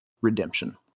redemption